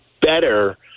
better